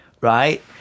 right